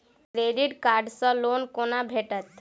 Credit card सँ loan कोना भेटत?